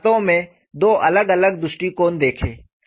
हमने वास्तव में दो अलग अलग दृष्टिकोण देखे